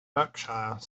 berkshire